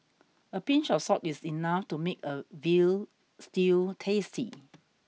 a pinch of salt is enough to make a veal stew tasty